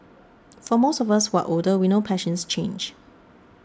for most of us who are older we know passions change